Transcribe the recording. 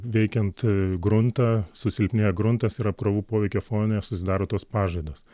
veikiant gruntą susilpnėja gruntas ir apkrovų poveikio fone susidaro tos pąžaidos